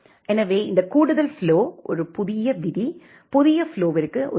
எனவே இந்த கூடுதல் ஃப்ளோ ஒரு புதிய விதி புதிய ஃப்ளோவிற்கு ஒத்திருக்கும்